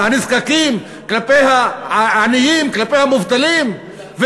הנזקקים, כלפי העניים, כלפי המובטלים?